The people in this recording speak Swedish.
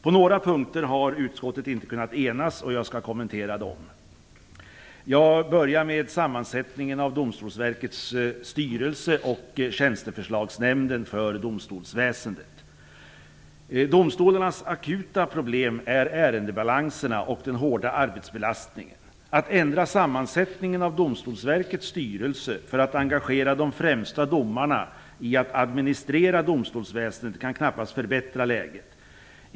På några punkter har utskottet inte kunnat enas, och jag skall kommentera dem. Jag börjar med sammansättningen av Domstolsverkets styrelse och Tjänsteförslagsnämnden för domstolsväsendet. Domstolarnas akuta problem är ärendebalanserna och den hårda arbetsbelastningen. Att ändra sammansättningen av Domstolsverkets styrelse för att engagera de främsta domarna i att administrera domstolsväsendet kan knappast förbättra läget.